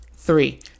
three